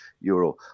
euro